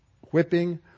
whipping